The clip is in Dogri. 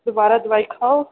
दबारा दवाई खाओ